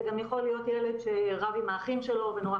זה גם יכול להיות ילד שרב עם האחים שלו ונורא